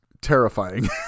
terrifying